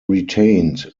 retained